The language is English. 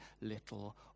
little